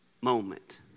moment